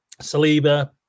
Saliba